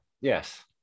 Yes